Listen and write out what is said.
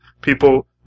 people